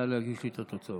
נא להגיש לי את התוצאות.